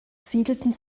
siedelten